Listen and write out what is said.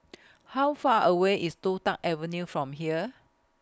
How Far away IS Toh Tuck Avenue from here